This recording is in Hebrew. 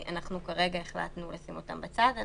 כרגע החלטנו לשים אותם בצד.